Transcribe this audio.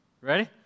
Ready